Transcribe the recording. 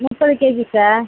முப்பது KG sir